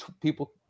people